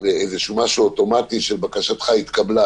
משהו אוטומטי של "בקשתך התקבלה".